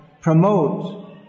promote